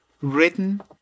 written